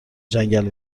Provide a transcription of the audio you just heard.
جنگل